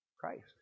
Christ